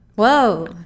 Whoa